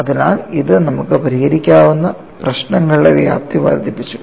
അതിനാൽ ഇത് നമുക്ക് പരിഹരിക്കാനാകുന്ന പ്രശ്നങ്ങളുടെ വ്യാപ്തി വർദ്ധിപ്പിച്ചു